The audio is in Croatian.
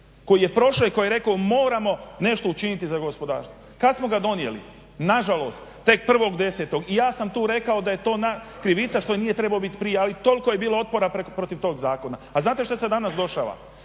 koji je prošao i koji je rekao moramo nešto učiniti za gospodarstvo. Kad smo ga donijeli? Nažalost tek 1.10. i ja sam tu rekao da je to krivica što nije trebao bit … i toliko je bilo otpora protiv tog zakona. A znate šta se danas dešava?